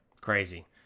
Crazy